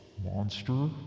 monster